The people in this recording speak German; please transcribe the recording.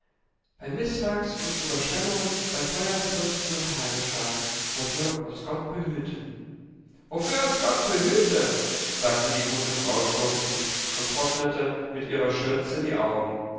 bei mißwachs und überschwemmungen bei feuersbrünsten und hagelschlag wofür uns gott behüte wofür uns gott behüte sagte die gute frau schluchzend und trocknete mit ihrer schürze die augen